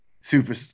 Super